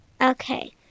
okay